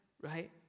right